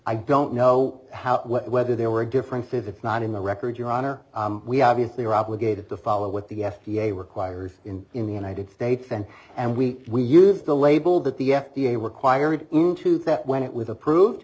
i don't know how whether there were differences if not in the record your honor we obviously are obligated to follow what the f d a requires in in the united states and and we we use the label that the f d a required into that when it with approved